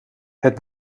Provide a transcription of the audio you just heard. het